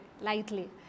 lightly